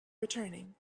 returning